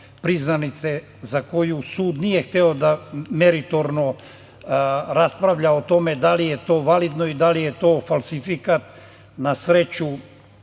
priznanice za koju sud nije hteo da meritorno raspravlja o tome da li je to validno i da li je to falsifikat. Na sreću